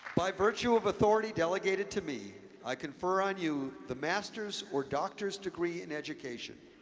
by virtue of authority delegated to me, i confer on you the master's or doctor's degree in education,